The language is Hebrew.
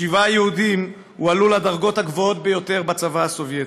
שבעה יהודים הועלו לדרגות הגבוהות ביותר בצבא הסובייטי.